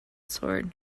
sword